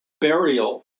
burial